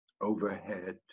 overhead